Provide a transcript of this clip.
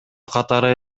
катары